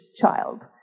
child